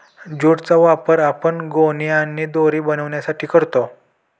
jute चा वापर आपण गोणी आणि दोरी बनवण्यासाठी करतो